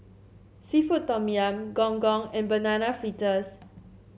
seafood Tom Yum Gong Gong and Banana Fritters